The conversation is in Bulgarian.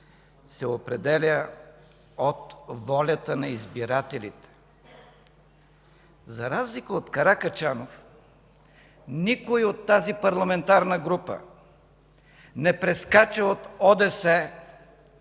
се определят от волята на избирателите. За разлика от Каракачанов, никой от тази парламентарна група не прескача от ОДС